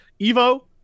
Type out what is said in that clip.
evo